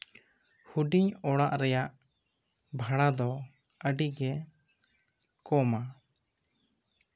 ᱦᱩᱰᱤᱧ ᱚᱲᱟᱜ ᱨᱮᱭᱟᱜ ᱵᱷᱟᱲᱟ ᱫᱚ ᱟ ᱰᱤ ᱜᱮ ᱠᱚᱢᱟ